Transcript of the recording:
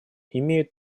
имеют